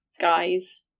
guys